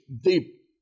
deep